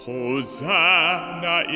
Hosanna